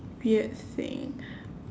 weird thing